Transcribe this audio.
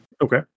Okay